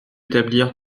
établir